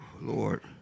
Lord